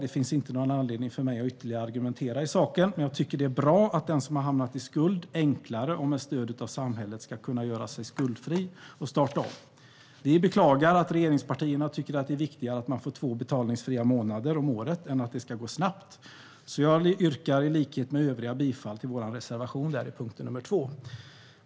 Det finns inte någon anledning för mig att ytterligare argumentera i saken. Men jag tycker att det är bra att den som har hamnat i skuld enklare och med stöd av samhället ska kunna göra sig skuldfri och starta om. Vi beklagar att regeringspartierna tycker att det är viktigare att man får två betalningsfria månader om året än att det ska gå snabbt. Jag yrkar därför bifall till de borgerliga partiernas reservation 2 under punkt 2.